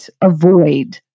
avoid